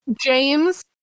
James